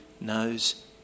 knows